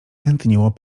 tętniło